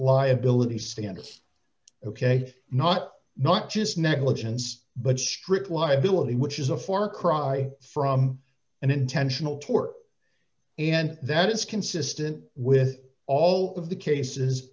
liability standard ok not not just negligence but strict liability which is a far cry from an intentional tort and that is consistent with all of the cases